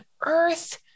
earth